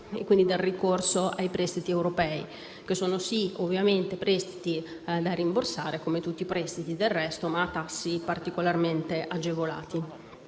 e, quindi, del ricorso ai prestiti europei che sono ovviamente da rimborsare, come tutti i prestiti del resto, ma a tassi particolarmente agevolati.